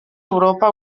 europa